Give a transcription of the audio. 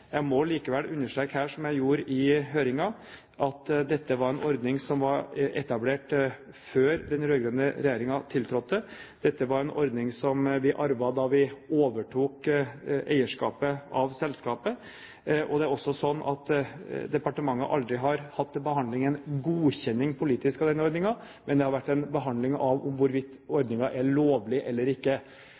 Jeg må likevel understreke her, som jeg gjorde i høringen, at dette var en ordning som var etablert før den rød-grønne regjeringen tiltrådte. Dette var en ordning som vi arvet da vi overtok eierskapet av selskapet. Det er også slik at departementet aldri har hatt til behandling en godkjenning politisk av denne ordningen, men det har vært en behandling av hvorvidt ordningen er lovlig eller ikke.